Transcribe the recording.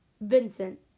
Vincent